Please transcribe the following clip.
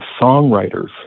songwriters